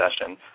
session